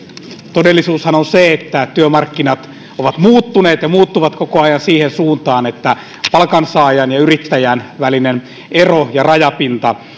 todellisuushan on se että työmarkkinat ovat muuttuneet ja muuttuvat koko ajan siihen suuntaan että palkansaajan ja yrittäjän välinen ero ja rajapinta